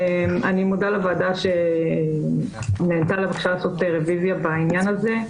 אני מודה לוועדה שנענתה לבקשה לעשות רביזיה בעניין הזה.